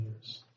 years